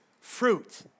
fruit